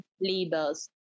labels